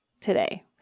today